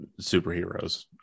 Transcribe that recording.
superheroes